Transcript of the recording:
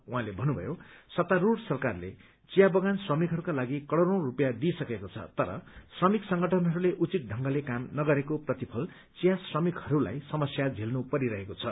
उहाँले भन्नुभएको छ सत्तारूढ़ सरकारले चिया बगान श्रमिकहरूका लागि करोड़ौं रुपियाँ दिइसकेको छ तर श्रमिक संगठनहरूले उचित ढंगले काम नगरेको प्रतिफल चिया श्रमिकहरूलाई समस्या झेल्नु परिरहेको छ